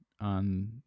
on